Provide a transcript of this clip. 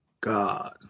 God